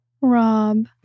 Rob